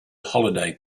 holiday